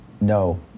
no